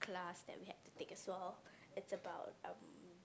class that we have to take as well it's about um